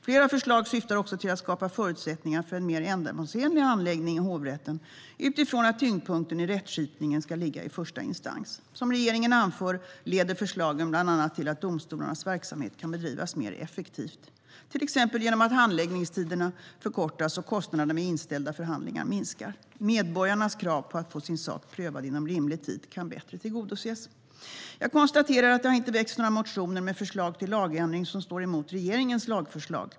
Flera förslag syftar också till att skapa förutsättningar för en mer ändamålsenlig handläggning i hovrätten utifrån att tyngdpunkten i rättskipningen ska ligga i första instans. Som regeringen anför leder förslagen bland annat till att domstolarnas verksamhet kan bedrivas mer effektivt, till exempel genom att handläggningstiderna förkortas och kostnaderna vid inställda förhandlingar minskar. Medborgarnas krav på att få sin sak prövad inom rimlig tid kan bättre tillgodoses. Jag konstaterar att det inte har väckts några motioner med förslag till lagändring som står emot regeringens lagförslag.